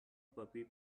puppy